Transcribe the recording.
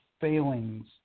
failings